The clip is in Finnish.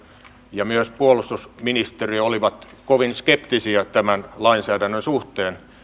ja myös puolustusministeriö olivat kovin skeptisiä tämän lainsäädännön suhteen